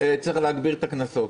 צריך להגביר את הקנסות